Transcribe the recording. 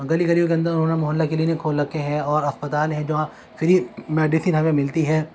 گلی گلیوں کے اندر انہوں نے محلہ کلینک کھول رکھے ہیں اور اسپتال ہے جہاں فری میڈیسن ہمیں ملتی ہے